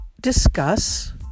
discuss